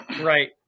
Right